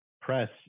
press